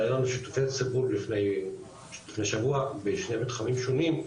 היה לנו שיתופי ציבור לפני שבוע בשני מתחמים שונים,